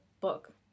book